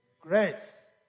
grace